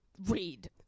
Read